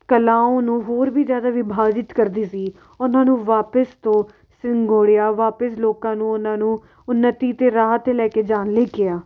ਕਲਾ ਉਹਨੂੰ ਨੂੰ ਹੋਰ ਵੀ ਜ਼ਿਆਦਾ ਵਿਭਾਜਿਤ ਕਰਦੀ ਸੀ ਉਹਨਾਂ ਨੂੰ ਵਾਪਿਸ ਤੋਂ ਸਿੰਗੋੜਿਆ ਵਾਪਿਸ ਲੋਕਾਂ ਨੂੰ ਉਹਨਾਂ ਨੂੰ ਉੱਨਤੀ ਦੇ ਰਾਹ 'ਤੇ ਲੈ ਕੇ ਜਾਣ ਲਈ ਕਿਹਾ